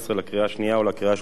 לקריאה השנייה ולקריאה השלישית.